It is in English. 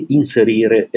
inserire